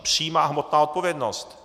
Přímá hmotná odpovědnost.